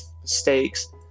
mistakes